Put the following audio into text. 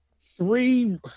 three